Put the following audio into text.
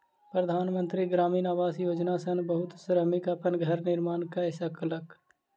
प्रधान मंत्री ग्रामीण आवास योजना सॅ बहुत श्रमिक अपन घर निर्माण कय सकल